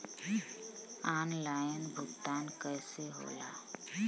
Online भुगतान कईसे होला?